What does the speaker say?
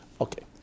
Okay